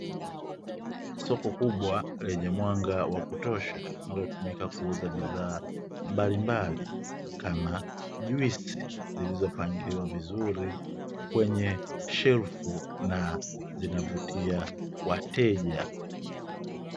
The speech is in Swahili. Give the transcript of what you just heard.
Soko kubwa lenye mwanga wa kutosha, linalotumika kuuza bidhaa mbalimbali, kama juisi zilizopangiliwa vizuri kwenye shelfu na zinavutia wateja.